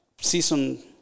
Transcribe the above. season